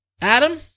Adam